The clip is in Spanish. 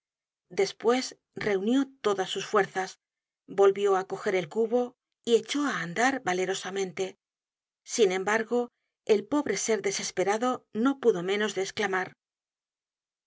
despues reunió todas sus fuerzas volvió á coger el cubo y echó á andar valerosamente sin embargo el pobre ser desesperado no pudo menos de esclamar